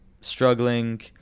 Struggling